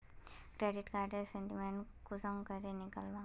Credit कार्डेर statement कुंसम करे निकलाम?